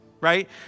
right